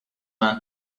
man